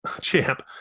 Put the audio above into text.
champ